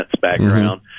background